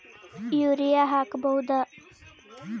Urea ಹಾಕ್ ಬಹುದ?